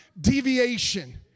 deviation